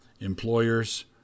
employers